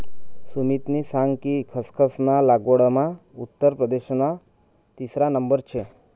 सुमितनी सांग कि खसखस ना लागवडमा उत्तर प्रदेशना तिसरा नंबर शे